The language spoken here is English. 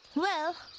well,